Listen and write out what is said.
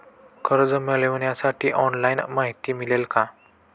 कर्ज मिळविण्यासाठी ऑनलाइन माहिती मिळेल का?